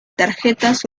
tarjetas